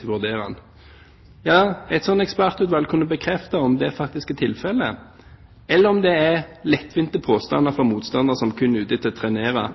til å vurdere den! Ja, et sånt ekspertutvalg kunne bekrefte om det faktisk er tilfellet, eller om det er lettvinte påstander fra motstandere som kun er ute etter å trenere